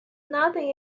nothing